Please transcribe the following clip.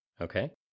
Okay